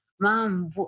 mom